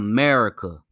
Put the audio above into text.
America